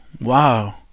Wow